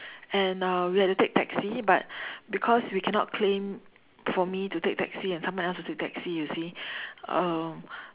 and uh we had to take taxi but because we cannot claim for me to take taxi and someone else to take taxi you see um